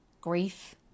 grief